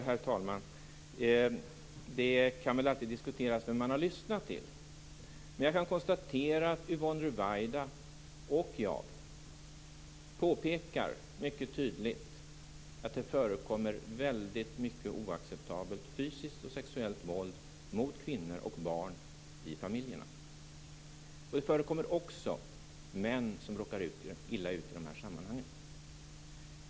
Herr talman! Det kan alltid diskuteras vem man har lyssnat till. Men jag kan konstatera att Yvonne Ruwaida och jag mycket tydligt påpekar att det förekommer väldigt mycket oacceptabelt fysiskt och sexuellt våld mot kvinnor och barn i familjerna. Det förekommer också män som råkar illa ut i de här sammanhangen.